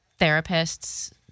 therapists